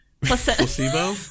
Placebo